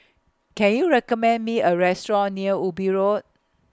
Can YOU recommend Me A Restaurant near Obi Road